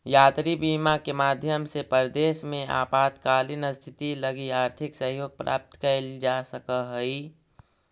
यात्री बीमा के माध्यम से परदेस में आपातकालीन स्थिति लगी आर्थिक सहयोग प्राप्त कैइल जा सकऽ हई